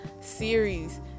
series